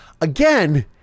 again